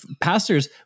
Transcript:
pastors